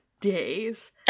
days